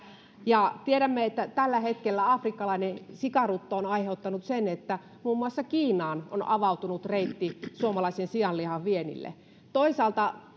ja tiedämme että tällä hetkellä afrikkalainen sikarutto on aiheuttanut sen että muun muassa kiinaan on avautunut reitti suomalaisen sianlihan viennille toisaalta